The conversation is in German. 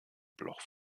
bloch